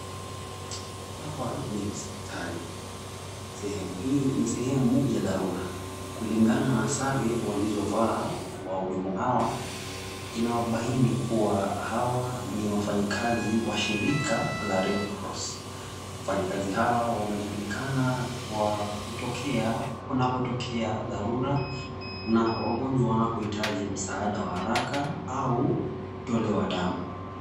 Hapa ni hospitali. Sehemu hii ni sehemu ya dharura kulingana na sare walizovaa wahudumu hawa, inawabaini kuwa hawa ni wafanyikazi wa shirika la Red cross. Wafanyikazi hawa wanajulikana kwa kutokea panapotokea dharura na wagonjwa wanapohitaji msaada wa haraka au kutolewa damu.